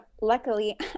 luckily